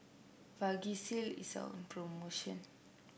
vagisil is on promotion